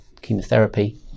chemotherapy